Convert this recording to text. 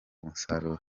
umusaruro